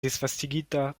disvastigita